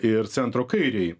ir centro kairei